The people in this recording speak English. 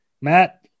Matt